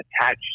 Attach